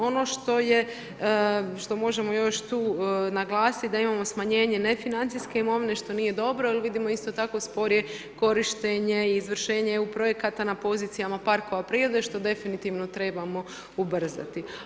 Ono što možemo još tu naglasiti da imamo smanjenje nefinancijske imovine, što nije dobro jer vidimo isto kako sporije korištenje i izvršenje EU projekata na pozicijama parkova prirode što definitivno trebamo ubrzati.